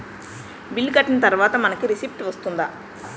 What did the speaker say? Bill కట్టిన తర్వాత మనకి రిసీప్ట్ వస్తుందా?